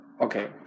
okay